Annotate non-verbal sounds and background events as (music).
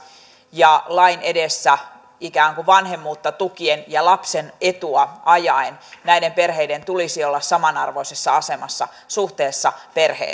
ja lain edessä ikään kuin vanhemmuutta tukien ja lapsen etua ajaen näiden perheiden tulisi olla samanarvoisessa asemassa suhteessa perhe (unintelligible)